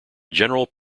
general